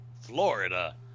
Florida